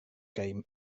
kaj